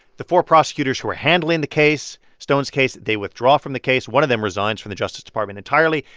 the four prosecutors who were handling the case stone's case they withdraw from the case. one of them resigns from the justice department entirely.